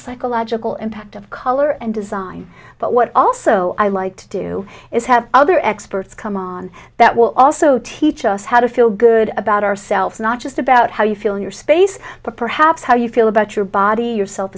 psychological impact of color and design but what also i like to do is have other experts come on that will also teach us how to feel good about ourselves not just about how you feel in your space but perhaps how you feel about your body your self